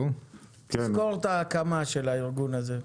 תסקור את ההקמה של הארגון הזה.